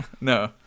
No